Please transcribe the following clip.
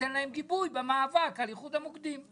כדי שייתן להם גיבוי במאבק על איחוד המוקדים.